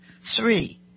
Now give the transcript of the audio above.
three